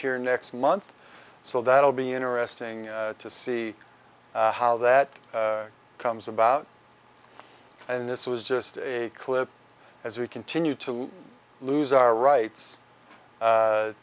here next month so that'll be interesting to see how that comes about and this was just a clip as we continue to lose our rights